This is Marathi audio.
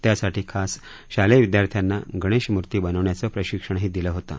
त्यासाठी खास शालेय विदयार्थ्यांना गणेशमूर्ती बनविण्याचे प्रशिक्षणही दिलं होतं